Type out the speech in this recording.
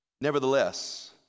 Nevertheless